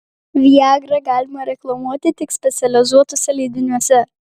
viagrą galima reklamuoti tik specializuotuose leidiniuose